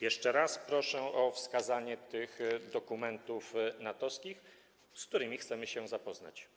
Jeszcze raz proszę o wskazanie tych dokumentów natowskich, z którymi chcemy się zapoznać.